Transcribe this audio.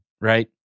Right